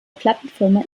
plattenfirma